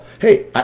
Hey